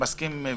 מסכים בהחלט.